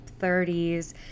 30s